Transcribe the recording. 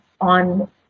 on